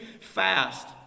fast